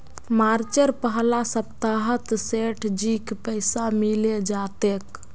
मार्चेर पहला सप्ताहत सेठजीक पैसा मिले जा तेक